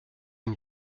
ihn